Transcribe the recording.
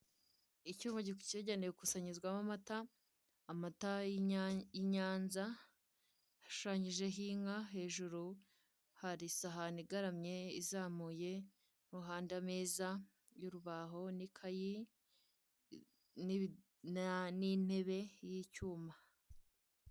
Icyuma caygenewe gukusanyirizwamo amata, amata y'i nyanza, hashushanyijeho inka hejuru kari isahani igaramye izamuye, ku ruhande ameza y'urubaho n'ikayi n'intebe y'icyuma.